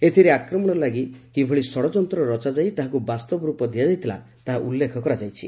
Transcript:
ଏଥିରେ ଆକ୍ରମଣ ଲାଗି କିଭଳି ଷଡ଼ଯନ୍ତ୍ର ରଚାଯାଇ ତାହାକୁ ବାସ୍ତବ ରୂପ ଦିଆଯାଇଥିଲା ତାହା ଉଲ୍ଲେଖ କରାଯାଇଛି